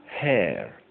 hair